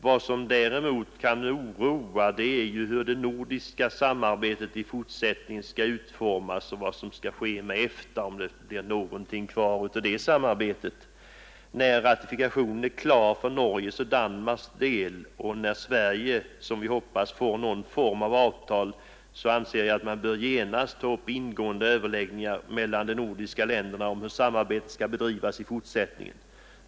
Vad som däremot kan oroa är hur det nordiska samarbetet i fortsättningen skall utformas och vad som skall ske med EFTA, om det blir någonting kvar av det samarbetet. När ratifikationen är klar för Norges och Danmarks del och när Sverige, som vi hoppas, får någon form av avtal, bör man enligt min mening genast ta upp ingående överläggningar mellan de nordiska länderna om hur samarbetet skall bedrivas i fortsättningen.